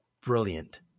Brilliant